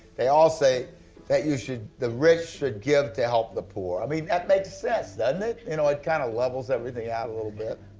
they all say that you should, the rich should give to help the poor. i mean that makes sense doesn't it? you know it kind of levels everything out a little bit.